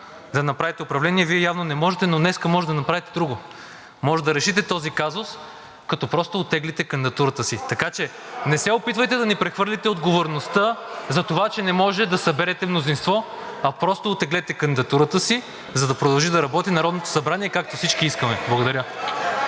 да направите управление. Вие явно не можете, но днес може да направите друго: може да решите този казус, като просто оттеглите кандидатурата си. (Реплики от ГЕРБ-СДС.) Така че не се опитвайте да ни прехвърлите отговорността, затова че не може да съберете мнозинство, а просто оттеглете кандидатурата си, за да продължи да работи Народното събрание, както всички искаме. Благодаря.